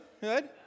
Good